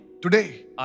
Today